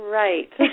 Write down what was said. right